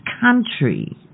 country